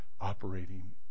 operating